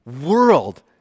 world